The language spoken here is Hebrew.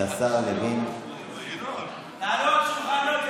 תעלו על שולחנות,